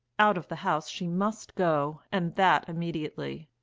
out of the house she must go, and that immediately.